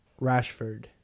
Rashford